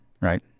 right